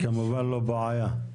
זו כמובן לא בעיה.